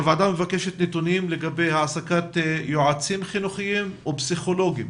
הוועדה מבקשת נתונים לגבי העסקת יועצים חינוכיים ופסיכולוגים